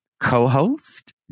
co-host